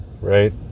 right